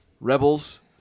rebels